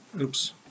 Oops